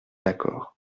d’accord